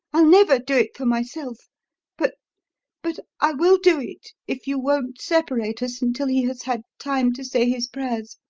i'll never do it for myself but but i will do it if you won't separate us until he has had time to say his prayers.